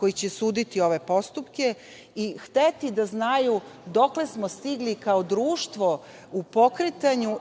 koji će suditi ove postupke i hteti da znaju dokle smo stigli, kao društvo, u pokretanju